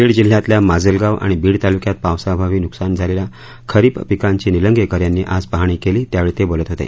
बीड जि ात या माजलगाव आणि बीड तालु यात पावसाअभावी नुकसान झाले या खरीप पिकांची निलंगेकर यांनी आज पाहणी वेली यावेळी ते बोलत होते